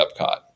Epcot